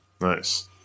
Nice